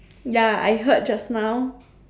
ya I heard just now